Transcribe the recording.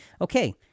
Okay